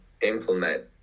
implement